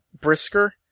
brisker